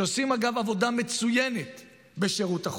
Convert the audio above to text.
שעושים, אגב, עבודה מצוינת בשירות החוץ.